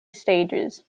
stages